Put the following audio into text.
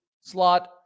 slot